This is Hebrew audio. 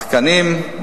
את התקנים,